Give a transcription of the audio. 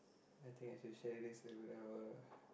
I think I should share this with our